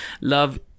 Love